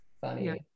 funny